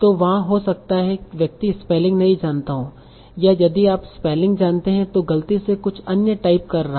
तो वहाँ हो सकता है व्यक्ति स्पेलिंग नहीं जानता हो या यदि आप स्पेलिंग जानते है तो गलती से कुछ अन्य टाइप कर रहा है